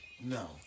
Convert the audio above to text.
No